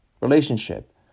relationship